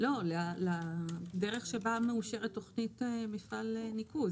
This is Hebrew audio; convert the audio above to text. לדרך שבה מאושרת תוכנית מפעל ניקוז?